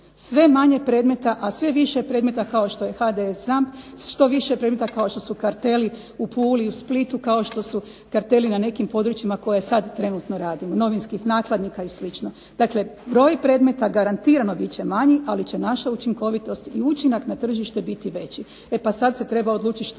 Sve manje predmeta, a sve više predmeta kao što je …/Ne razumije se./…, što više predmeta kao što su karteli u Puli, u Splitu, kao što su karteli na nekim područjima koje sad trenutno radimo, novinskih nakladnika i slično. Dakle broj predmeta garantirano bit će manji, ali će naša učinkovitost i učinak na tržište biti veći. E pa sad se treba odlučiti što nam